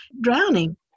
drowning